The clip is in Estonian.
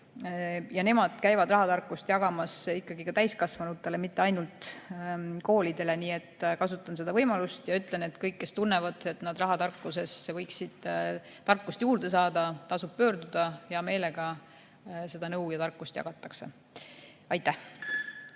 ja nemad käivad rahatarkust jagamas ka täiskasvanutele, mitte ainult koolides. Nii et kasutan võimalust ja ütlen, et kõigil, kes tunnevad, et nad rahatarkuses võiksid tarkust juurde saada, tasub sinna pöörduda. Hea meelega seda nõu ja tarkust jagatakse. Aitäh!